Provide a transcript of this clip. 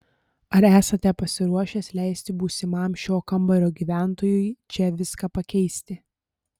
ar esate pasiruošęs leisti būsimam šio kambario gyventojui čia viską pakeisti